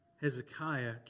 Hezekiah